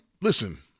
listen